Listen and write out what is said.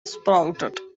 sprouted